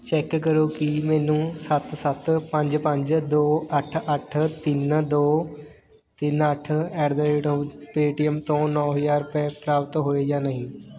check ਕਰੋ ਕਿ ਮੈਨੂੰ ਸੱਤ ਸੱਤ ਪੰਜ ਪੰਜ ਦੋ ਅੱਠ ਅੱਠ ਤਿੰਨ ਦੋ ਤਿੰਨ ਅੱਠ ਐਟ ਦਾ ਰੇਟ ਔਫ ਪੇਟੀਐੱਮ ਤੋਂ ਨੌਂ ਹਜ਼ਾਰ ਰੁਪਏ ਪ੍ਰਾਪਤ ਹੋਏ ਜਾਂ ਨਹੀਂ